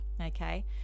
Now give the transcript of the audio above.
okay